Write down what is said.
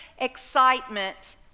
excitement